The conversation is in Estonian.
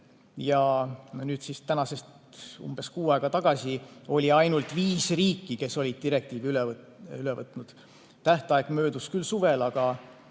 veel mitte. Tänasest umbes kuu aega tagasi oli ainult viis riiki, kes olid direktiivi üle võtnud. Tähtaeg möödus küll suvel, aga